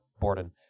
Borden